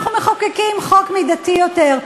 אנחנו מחוקקים חוק מידתי יותר.